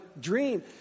dream